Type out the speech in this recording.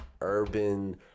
urban